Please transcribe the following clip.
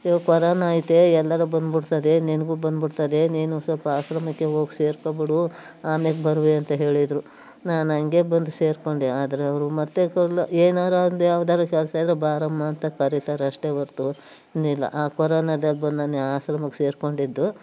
ಇವಾಗ ಕೊರೊನಾ ಐತೆ ಎಲ್ಲರ ಬಂದ್ಬಿಡ್ತದೆ ನಿನಗೂ ಬಂದ್ಬಿಡ್ತದೆ ನೀನು ಸ್ವಲ್ಪ ಆಶ್ರಮಕ್ಕೆ ಹೋಗಿ ಸೇರ್ಕೊಂಡ್ಬಿಡು ಆಮೇಲೆ ಬರುವೆ ಅಂತ ಹೇಳಿದರು ನಾನು ಹಾಗೆ ಬಂದು ಸೇರಿಕೊಂಡೆ ಆದರೆ ಅವರು ಮತ್ತು ಏನಾದ್ರೂ ಒಂದು ಯಾವ್ದಾದ್ರು ಕೆಲಸ ಇದ್ದರೆ ಬಾರಮ್ಮ ಅಂತ ಕರಿತಾತೆ ಅಷ್ಟೇ ಹೊರ್ತು ಇನ್ನಿಲ್ಲ ಆ ಕೊರೊನಾದಾಗ ಬಂದು ನಾನು ಆಶ್ರಮಕ್ಕೆ ಸೇರಿಕೊಂಡಿದ್ದು